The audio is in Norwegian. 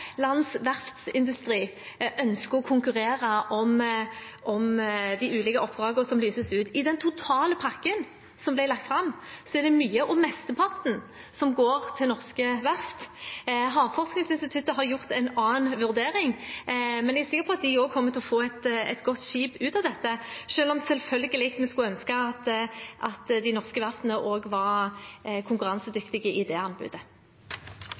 lands verftsindustri, ønsker å konkurrere om de ulike oppdragene som lyses ut. I den totale pakken som ble lagt fram, er det mye – mesteparten – som går til norske verft. Havforskningsinstituttet har gjort en annen vurdering, men jeg er sikker på at de kommer til å få et godt skip ut av dette, selv om vi selvfølgelig skulle ønske at de norske verftene også var konkurransedyktige i det anbudet.